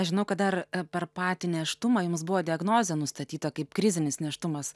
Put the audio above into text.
aš žinau kad dar per patį nėštumą jums buvo diagnozė nustatyta kaip krizinis nėštumas